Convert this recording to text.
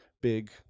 big